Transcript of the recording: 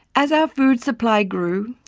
as our food supply grew,